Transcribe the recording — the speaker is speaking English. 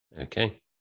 okay